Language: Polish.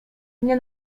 nie